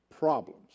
problems